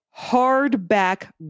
hardback